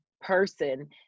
person